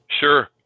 Sure